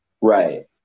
Right